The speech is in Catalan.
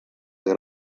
gran